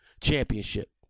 championship